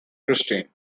christine